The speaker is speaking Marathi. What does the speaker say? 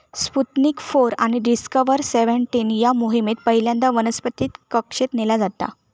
स्पुतनिक फोर आणि डिस्कव्हर सेव्हनटीन या मोहिमेत पहिल्यांदा वनस्पतीक कक्षेत नेला जाता